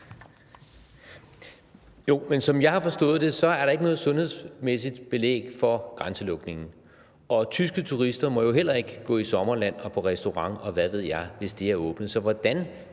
Jo, men som jeg har forstået det, er der ikke noget sundhedsmæssigt belæg for grænselukningen, og tyske turister må jo heller ikke gå i sommerland og på restaurant, og hvad ved jeg, hvis det er åbnet.